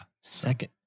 Second